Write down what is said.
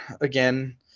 again